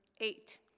Eight